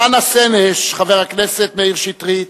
חנה סנש, חבר הכנסת מאיר שטרית,